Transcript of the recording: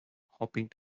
hoping